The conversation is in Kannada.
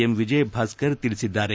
ಎಂ ವಿಜಯಭಾಸ್ತರ್ ತಿಳಿಸಿದ್ದಾರೆ